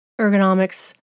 ergonomics